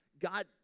God